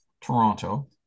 Toronto